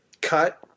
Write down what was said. cut